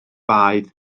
baedd